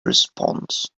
response